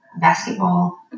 basketball